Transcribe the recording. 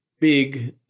big